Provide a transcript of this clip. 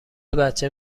بچه